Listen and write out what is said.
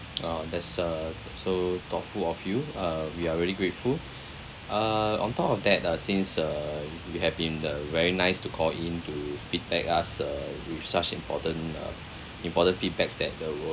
uh that's a so thoughtful of you uh we are really grateful uh on top of that uh since uh you have been the very nice to call in to feedback us uh with such important uh important feedbacks that they will